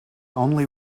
only